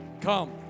Come